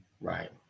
Right